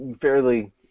fairly